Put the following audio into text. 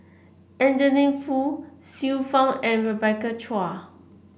Adeline Foo Xiu Fang and Rebecca Chua